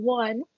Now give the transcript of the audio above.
one